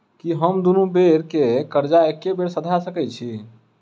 की हम दुनू बेर केँ कर्जा एके बेर सधा सकैत छी?